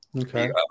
Okay